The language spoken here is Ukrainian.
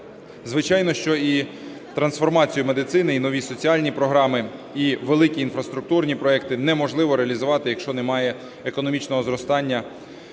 Звичайно, що і трансформацію медицини, і нові соціальні програми, і великі інфраструктурні проекти неможливо реалізувати, якщо немає економічного зростання. Саме тому